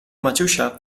maciusia